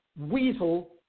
weasel